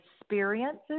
experiences